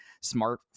smart